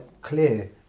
clear